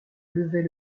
levait